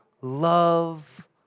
love